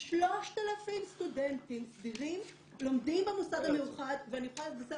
3,000 סטודנטים לומדים במוסד המיוחד ואני יכולה לבשר